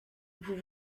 vous